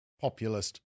populist